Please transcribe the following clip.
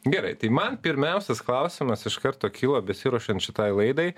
gerai tai man pirmiausias klausimas iš karto kilo besiruošiant šitai laidai